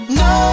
no